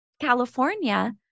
California